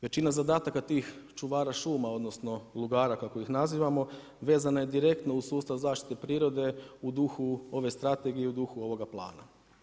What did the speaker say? Većina zadataka tih čuvara šuma, odnosno lugara kako ih nazivamo vezana je direktno uz sustav zaštite prirode u duhu ove strategije i u duhu ovoga plana.